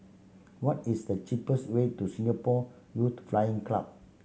what is the cheapest way to Singapore Youth Flying Club